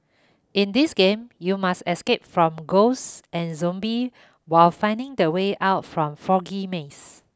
in this game you must escape from ghosts and zombie while finding the way out from foggy maze